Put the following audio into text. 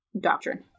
doctrine